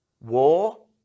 war